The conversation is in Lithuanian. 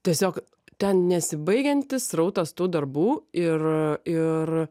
tiesiog ten nesibaigiantis srautas tų darbų ir ir